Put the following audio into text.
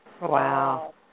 Wow